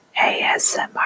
ASMR